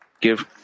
give